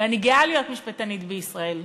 ואני גאה להיות משפטנית בישראל,